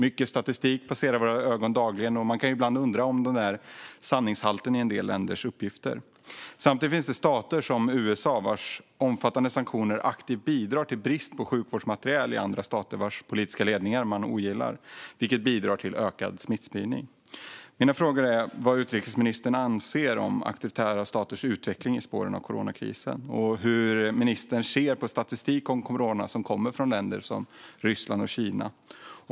Mycket statistik passerar våra ögon dagligen, och man kan ibland undra över sanningshalten i en del länders uppgifter. Vidare finns det stater som USA, vars omfattande sanktioner aktivt bidrar till brist på sjukvårdsmateriel i andra stater vars politiska ledningar man ogillar. Detta bidrar till ökad smittspridning. Mina frågor är vad utrikesministern anser om auktoritära staters utveckling i spåren av coronakrisen och hur ministern ser på statistik om corona som kommer från länder som Ryssland och Kina.